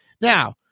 Now